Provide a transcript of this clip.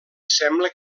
sembla